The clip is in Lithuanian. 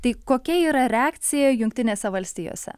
tai kokia yra reakcija jungtinėse valstijose